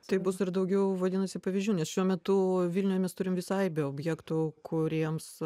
taip bus ir daugiau vadinasi pavyzdžių nes šiuo metu vilniuje mes turim visai be objektų kuriems